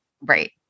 Right